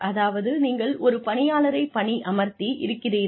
அதாவது நீங்கள் ஒரு பணியாளரைப் பணியமர்த்தி இருக்கிறீர்கள்